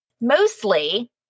Mostly